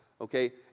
okay